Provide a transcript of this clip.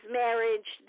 marriage